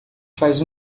faz